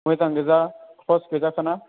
मोजां गोजा क्लस गोजाखा ना